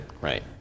right